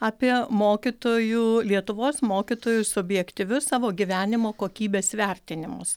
apie mokytojų lietuvos mokytojų subjektyvius savo gyvenimo kokybės vertinimus